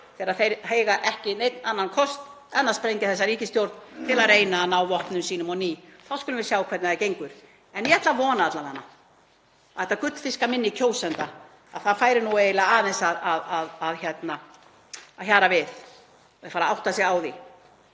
þegar þeir eiga ekki neinn annan kost en að sprengja þessa ríkisstjórn til að reyna að ná vopnum sínum á ný. Þá skulum við sjá hvernig það gengur. En ég ætla að vona alla vega að þetta gullfiskaminni kjósenda fari nú aðeins að hjarna við og þeir fari að átta sig á því